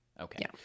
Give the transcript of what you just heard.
Okay